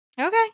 Okay